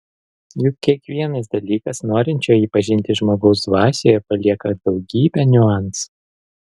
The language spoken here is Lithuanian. juk kiekvienas dalykas norinčio jį pažinti žmogaus dvasioje palieka daugybę niuansų